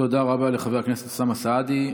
תודה רבה לחבר הכנסת אוסאמה סעדי.